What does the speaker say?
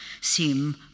seem